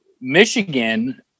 Michigan